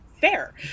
fair